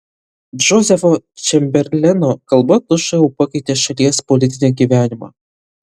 džozefo čemberleno kalba tučtuojau pakeitė šalies politinį gyvenimą